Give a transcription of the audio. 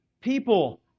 people